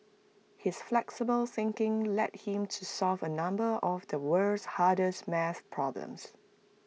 his flexible thinking led him to solve A number of the world's hardest math problems